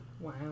Wow